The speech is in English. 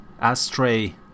Astray